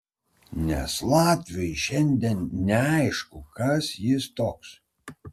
nes latviui šiandien neaišku kas jis toks